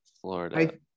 Florida